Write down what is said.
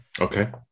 Okay